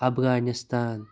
Afghanistan